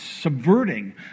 subverting